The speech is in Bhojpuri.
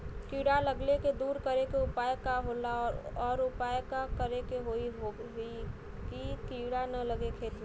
कीड़ा लगले के दूर करे के उपाय का होला और और का उपाय करें कि होयी की कीड़ा न लगे खेत मे?